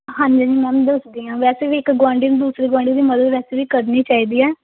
ਹਾਂਜੀ ਹਾਂਜੀ ਮੈਮ ਦੱਸਦੀ ਹਾਂ ਵੈਸੇ ਵੀ ਇੱਕ ਗੁਆਂਢੀ ਨੂੰ ਦੂਸਰੇ ਗੁਆਂਢੀ ਦੀ ਮਦਦ ਵੈਸੇ ਵੀ ਕਰਨੀ ਚਾਹੀਦੀ ਹੈ